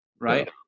right